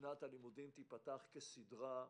ששנת הלימודים תיפתח כסדרה.